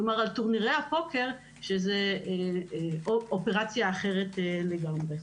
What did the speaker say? כלומר טורנירי הפוקר שזו אופרציה אחרת לגמרי.